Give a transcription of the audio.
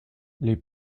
les